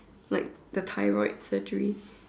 like the thyroid surgery